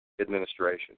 administration